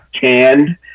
canned